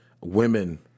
women